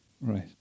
Right